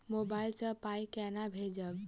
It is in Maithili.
मोबाइल सँ पाई केना भेजब?